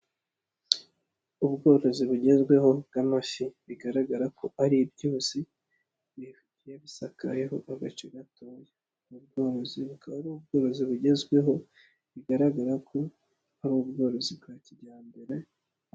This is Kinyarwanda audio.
Ubworozi bugezweho bw'amafi, bigaragara ko ari byuzi bigiye bisakayeho agace gatoya. Ubu bworozi bukaba ari ubworozi bugezweho, bigaragara ko ari ubworozi bwa kijyambere.